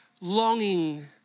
longing